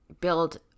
build